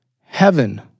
heaven